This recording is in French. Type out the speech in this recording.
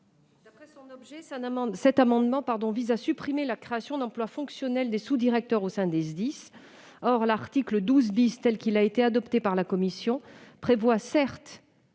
D'après son objet, cet amendement vise à revenir sur la création d'emplois fonctionnels de sous-directeurs au sein des SDIS. Or l'article 12 , tel qu'il a été adopté par la commission, prévoit, certes,